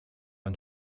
ein